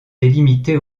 délimitée